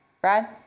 Brad